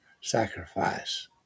sacrifice